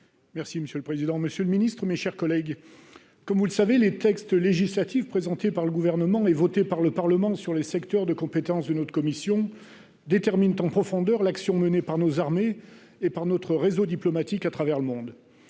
Merci monsieur le président, Monsieur le Ministre, mes chers collègues, comme vous le savez les textes législatifs, présentés par le gouvernement et voté par le Parlement sur les secteurs de compétence, d'une autre commission détermine en profondeur l'action menée par nos armées et par notre réseau diplomatique à travers le monde,